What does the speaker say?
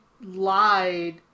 lied